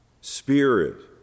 spirit